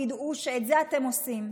תדעו שאת זה אתם עושים.